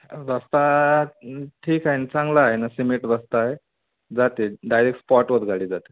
रस्ता ठीक आहे न चांगला आहे ना सिमेट रस्ता आहे जाते डायरेक्ट स्पॉटवर गाडी जाते